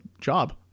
job